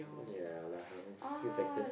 ya lah I mean few factors